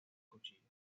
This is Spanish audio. cuchillos